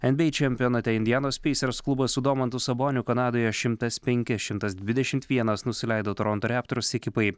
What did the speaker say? enbyei čempionate indianos peisers klubas su domantu saboniu kanadoje šimtas penki šimtas dvidešimt vienas nusileido toronto reptors ekipai